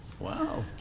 wow